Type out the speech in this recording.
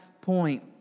point